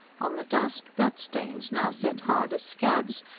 on the dust, bloodstains, now set hard as scabs,